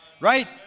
Right